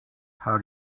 how